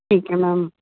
ठीक है मेम